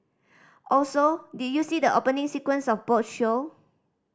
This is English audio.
also did you see the opening sequence of both show